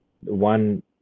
one